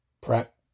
prep